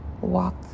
walk